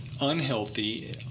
unhealthy